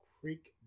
Creek